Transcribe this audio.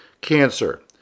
cancer